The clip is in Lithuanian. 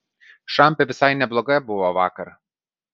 šampė visai nebloga buvo vakar